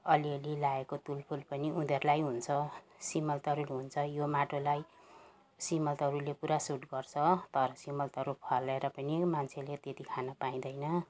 अलि अलि लागेको तुल फुल पनि उनीहरूलाई हुन्छ सिमल तरुल हुन्छ यो माटोलाई सिमल तुरुलले पुरा सुट गर्छ तर सिमल तरुल फलेर पनि मान्छेले त्यति खानु पाइँदैन